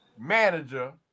manager